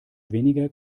weniger